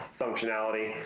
functionality